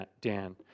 Dan